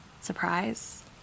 Surprise